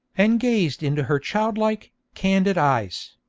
and gazed into her childlike, candid eyes.